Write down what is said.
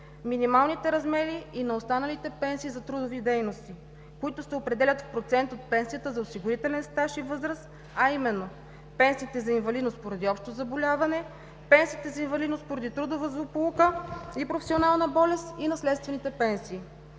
минималните размери и на останалите пенсии за трудови дейности, които се определят с процент от пенсията за осигурителен стаж и възраст, а именно: пенсиите за инвалидност поради общо заболяване; пенсиите за инвалидност поради трудова злополука и професионална болест, и наследствените пенсии.